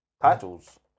Titles